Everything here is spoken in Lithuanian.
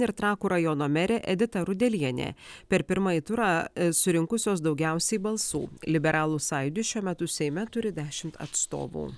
ir trakų rajono merė edita rudelienė per pirmąjį turą surinkusios daugiausiai balsų liberalų sąjūdis šiuo metu seime turi dešimt atstovų